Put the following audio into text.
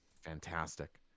fantastic